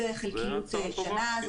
בחלקיות שנה.